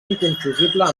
inconfusible